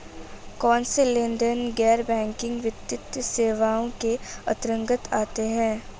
कौनसे लेनदेन गैर बैंकिंग वित्तीय सेवाओं के अंतर्गत आते हैं?